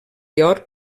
york